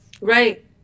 Right